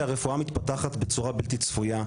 שהרפואה מתפתחת בצורה בלתי צפויה,